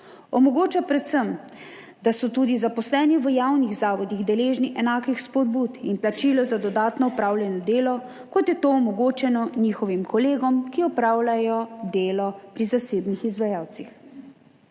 Omogoča predvsem, da so tudi zaposleni v javnih zavodih deležni enakih spodbud in plačila za dodatno opravljeno delo, kot je to omogočeno njihovim kolegom, ki opravljajo delo pri zasebnih izvajalcih.